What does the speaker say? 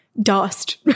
dust